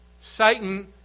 Satan